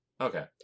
Okay